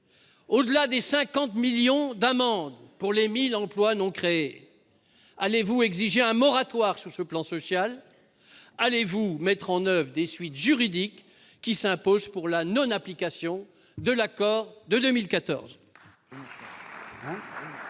d'amende que GE a dû verser pour les 1 000 emplois non créés, allez-vous exiger un moratoire sur ce plan social ? Allez-vous engager les poursuites juridiques qui s'imposent pour la non-application de l'accord de 2014 ?